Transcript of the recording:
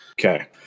Okay